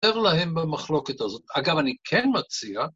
ותר להם במחלוקת הזאת. ‫אגב, אני כן מציע...